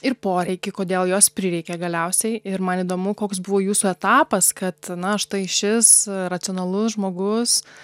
ir poreikį kodėl jos prireikė galiausiai ir man įdomu koks buvo jūsų etapas kad na štai šis racionalus žmogus